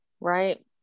Right